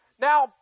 Now